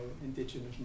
indigenous